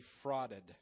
defrauded